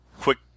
quick